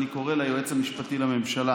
אני קורא ליועץ המשפטי לממשלה